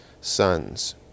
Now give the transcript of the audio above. sons